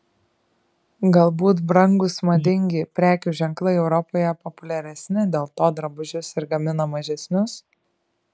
galbūt brangūs madingi prekių ženklai europoje populiaresni dėl to drabužius ir gamina mažesnius